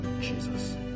Jesus